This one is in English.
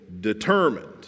determined